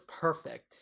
perfect